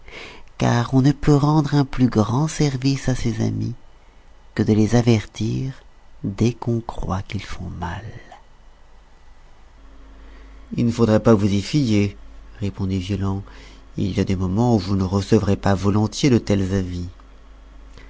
car on ne peut rendre un plus grand service à ses amis que de les avertir dès qu'on croit qu'ils font mal il ne faudrait pas vous y fier répondit violent il y a des moments où je ne recevrais pas volontiers de tels